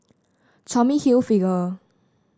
Tommy Hilfiger